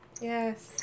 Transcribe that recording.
Yes